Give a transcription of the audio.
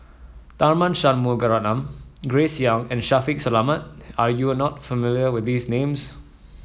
Tharman Shanmugaratnam Grace Young and Shaffiq Selamat are you not familiar with these names